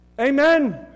Amen